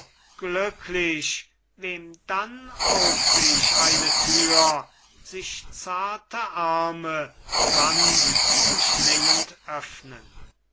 glücklich wem dann auch sich eine tür sich zarte arme sanft umschlingend öffnen